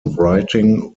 writing